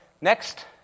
next